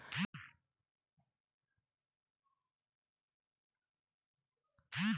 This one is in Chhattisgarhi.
कीरा मकोरा मन हर पूरा फसल ल चुस डारथे छाली भर हर बाचथे